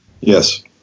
Yes